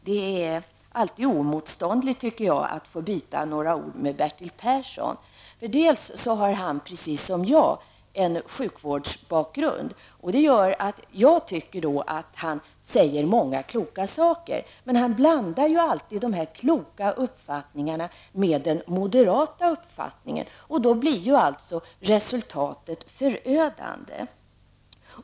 Det är alltid oemotståndligt, tycker jag, att få utbyta några ord med Bertil Persson. Han har, precis som jag, en sjukvårdsbakgrund, och det gör att jag tycker att han säger många kloka saker. Men han blandar alltid dessa kloka uppfattningar med den moderata uppfattningen, och då blir ju resultatet förödande.